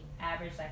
average